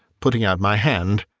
putting out my hand.